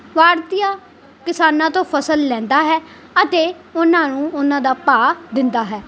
ਆੜ੍ਹਤੀਆ ਕਿਸਾਨਾਂ ਤੋਂ ਫਸਲ ਲੈਂਦਾ ਹੈ ਅਤੇ ਉਨ੍ਹਾਂ ਨੂੰ ਉਨ੍ਹਾਂ ਦਾ ਭਾਅ ਦਿੰਦਾ ਹੈ